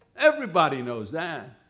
everybody knows that.